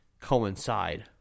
coincide